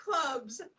clubs